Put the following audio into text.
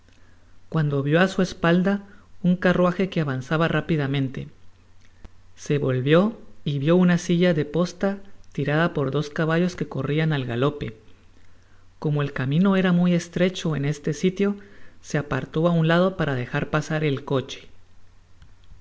cuando vió á su espalda un carruaje que avazanba rápidamente se volvió y vió una silla de posta tirada por dos caballos que corrian al galope como el camino era muy estrecho en este sitio se apartó á un lado para dejar pasar el coche